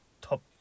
top